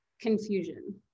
confusion